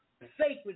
sacred